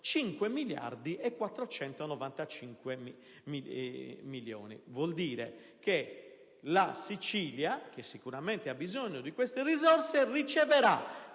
pari a 5.495.000.000. Vuol dire che la Sicilia, che sicuramente ha bisogno di queste risorse, riceverà